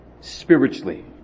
spiritually